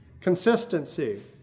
consistency